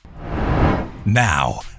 Now